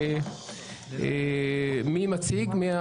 מי מציג?